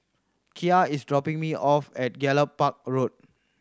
Kiya is dropping me off at Gallop Park Road